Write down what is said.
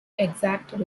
exact